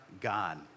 God